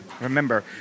Remember